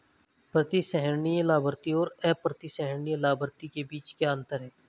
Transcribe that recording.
प्रतिसंहरणीय लाभार्थी और अप्रतिसंहरणीय लाभार्थी के बीच क्या अंतर है?